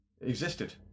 existed